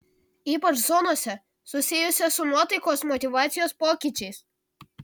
ypač zonose susijusiose su nuotaikos motyvacijos pokyčiais